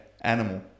Animal